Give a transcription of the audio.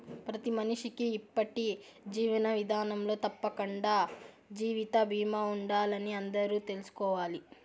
ప్రతి మనిషికీ ఇప్పటి జీవన విదానంలో తప్పకండా జీవిత బీమా ఉండాలని అందరూ తెల్సుకోవాలి